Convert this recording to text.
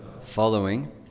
following